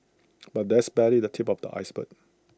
but that's barely the tip of the iceberg